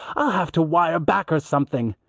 i'll have to wire back or something,